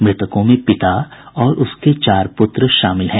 मृतकों में पिता और उसके चार पुत्र शामिल हैं